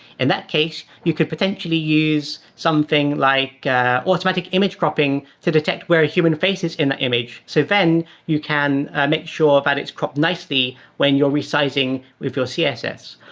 in that case, you could potentially use something like automatic image cropping to detect where a human face is in the image, so then you can make sure that but it's cropped nicely when you're reciting with your css.